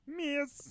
miss